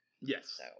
Yes